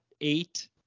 eight